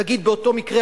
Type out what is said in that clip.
נגיד באותו מקרה,